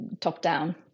top-down